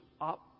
up